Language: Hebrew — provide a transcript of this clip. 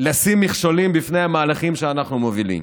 לשים מכשולים בפני המהלכים שאנחנו מובילים,